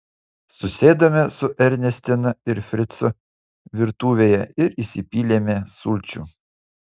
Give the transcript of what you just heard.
susėdome su ernestina ir fricu virtuvėje ir įsipylėme sulčių